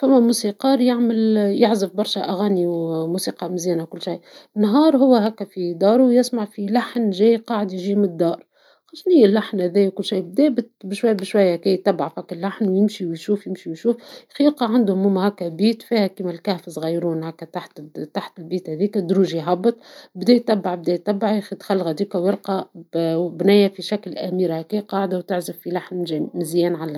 فما موسيقار يعزف برشا أغاني ، موسيقى مزيانة وكل شي ، نهار هو هكا في دارو يسمع يسمع في لحن جا قاعد يجي من الدار شنيا اللحن هذا وكل شي بالقدا بالشوية بالشوية يتبع في هذاك اللحن يمشي ويشوف يمشي ويشوف يلقى عندهم هكا بيت فيها كهف صغيرونة تحت البيت هذيكا دروج يهبط بدى يتبع بدى يتبع يخي دخل غديكا ولقى بنية في شكل أميرة قاعدة وتعزف في لحن جميل مزيان علخر.